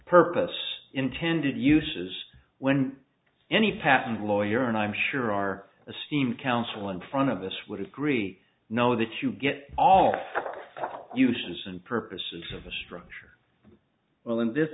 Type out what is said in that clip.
purpose intended uses when any patent lawyer and i'm sure our esteem counsel in front of us would agree know that you get all uses and purposes of a structure well in this